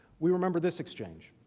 we remember this exchange.